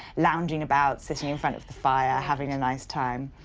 lounging about, sitting in front of the fire having a nice time.